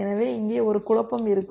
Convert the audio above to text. எனவே இங்கே ஒரு குழப்பம் இருக்கும்